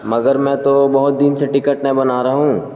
مگر میں تو بہت دن سے ٹکٹ نہیں بنا رہا ہوں